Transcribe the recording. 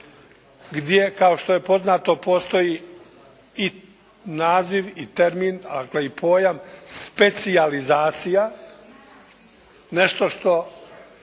gdje kao što je poznato postoji i naziv i termin, dakle i pojam: "specijalizacija". Nešto što